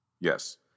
Yes